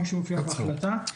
מה שמופיע בהחלטה.